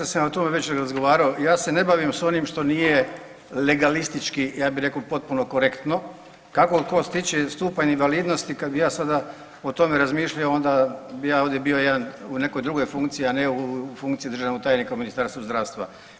Pa ja mislim da sam ja vam to već razgovarao, ja se ne bavim s onim što nije legalistički, ja bi rekao potpuno korektno, kako ko stiče stupanj invalidnosti kad bi ja sada o tome razmišljao onda bi ja ovdje bio jedan u nekoj drugoj funkciji, a ne u funkciji državnog tajnika u Ministarstvu zdravstva.